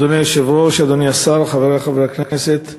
אדוני היושב-ראש, אדוני השר, חברי חברי הכנסת,